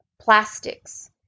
plastics